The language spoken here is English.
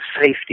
safety